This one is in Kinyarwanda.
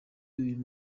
uyu